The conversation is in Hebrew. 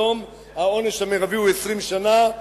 היום העונש המרבי הוא 20 שנה.